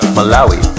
Malawi